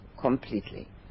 completely